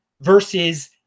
versus